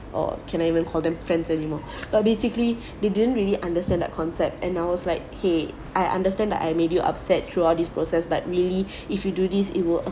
or can I even call them friends anymore but basically they didn't really understand that concept and I was like !hey! I understand that I made you upset throughout this process but really if you do this it will